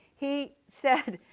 he said